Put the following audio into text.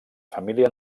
família